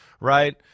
right